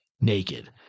naked